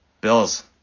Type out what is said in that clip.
Bills